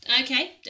Okay